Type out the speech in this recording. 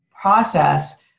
process